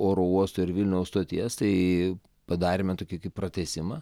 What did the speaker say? oro uosto ir vilniaus stoties tai padarėme tokį kaip pratęsimą